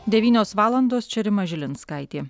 devynios valandos čia rima žilinskaitė